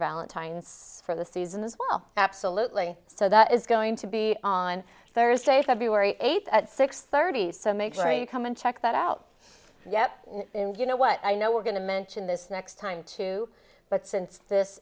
valentine's for the season as well absolutely so that is going to be on thursday february eighth at six thirty so make sure you come and check that out yep you know what i know we're going to mention this next time too but since this